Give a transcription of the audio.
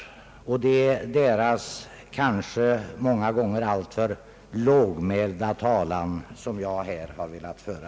Det är dessa människors kanske många gånger alltför lågmälda talan jag här har velat föra.